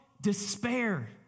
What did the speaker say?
despair